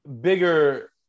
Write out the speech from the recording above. bigger